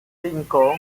cinco